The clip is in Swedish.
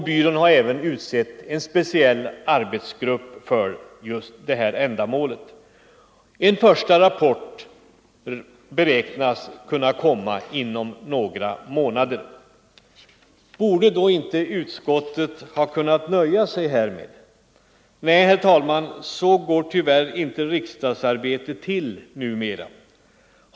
Byrån har även utsett en speciell arbetsgrupp för detta ändamål. En första rapport beräknas komma inom några månader. Borde då inte utskottet ha kunnat nöja sig härmed? Nej, herr talman, så går tyvärr inte riksdagsarbetet till numera.